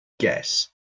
guess